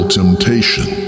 temptation